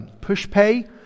PushPay